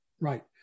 Right